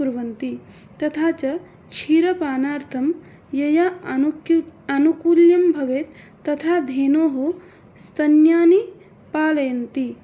कुर्वन्ति तथा च क्षीरपानार्थं यथा अनुक्यु आनुकूल्यं भवेत् तथा धेनोः स्तन्यानि पालयन्ति